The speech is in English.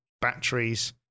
batteries